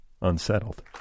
unsettled